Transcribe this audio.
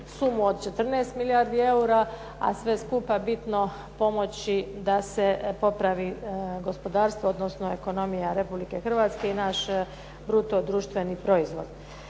sumu od 14 milijardi eura, a sve bitno pomoći da se popravi gospodarstvo, odnosno ekonomija Republike Hrvatske i naš bruto društveni proizvod.